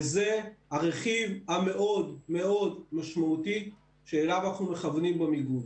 וזה הרכיב המאוד מאוד משמעותי שאליו אנחנו מכוונים במיגון.